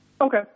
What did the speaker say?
Okay